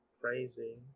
crazy